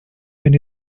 when